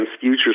future